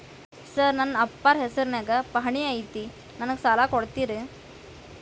Sir ನನ್ನ ಅಪ್ಪಾರ ಹೆಸರಿನ್ಯಾಗ್ ಪಹಣಿ ಐತಿ ನನಗ ಸಾಲ ಕೊಡ್ತೇರಾ?